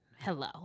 hello